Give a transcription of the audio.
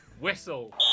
Whistle